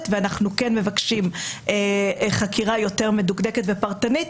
ואנחנו כן מבקשים חקירה יותר מדוקדקת ופרטנית,